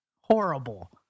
horrible